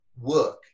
work